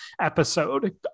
episode